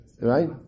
Right